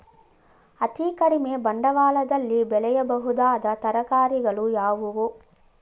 ಅತೀ ಕಡಿಮೆ ಬಂಡವಾಳದಲ್ಲಿ ಬೆಳೆಯಬಹುದಾದ ತರಕಾರಿಗಳು ಯಾವುವು?